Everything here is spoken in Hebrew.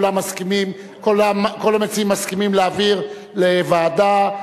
כל המציעים מסכימים להעביר לוועדה.